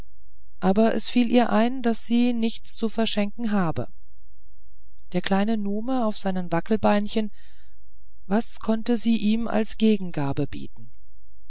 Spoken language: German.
aber es fiel ihr ein daß sie nichts zu verschenken habe der kleine nume auf seinen wackelbeinchen was konnte sie ihm als gegengabe bieten